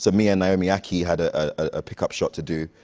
so me and naomi ackie had a ah pickup shot to do,